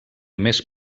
més